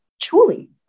truly